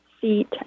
seat